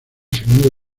segundo